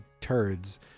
turds